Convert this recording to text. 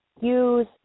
Use